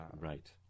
right